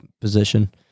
position